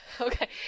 Okay